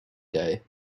day